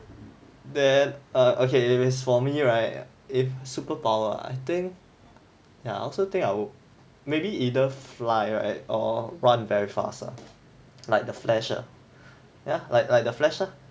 then err okay if it's for me right if superpower I think ya I also think I would maybe either fly right or run very fast lah like the flash ah ya like like the flash ah